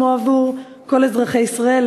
כמו עבור כל אזרחי ישראל,